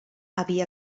havia